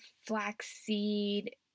flaxseed